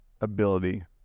ability